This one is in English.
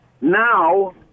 now